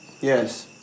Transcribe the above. Yes